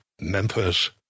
Memphis